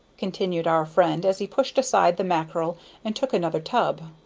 continued our friend, as he pushed aside the mackerel and took another tub.